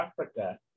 Africa